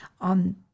on